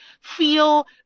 feel